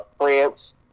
France